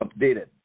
updated